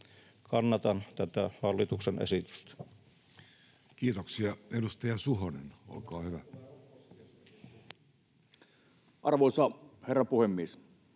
töitä mutta eivät löydä. Kiitoksia. — Edustaja Suhonen, olkaa hyvä. Arvoisa herra puhemies!